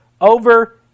over